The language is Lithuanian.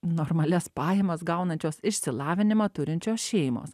normalias pajamas gaunančios išsilavinimą turinčios šeimos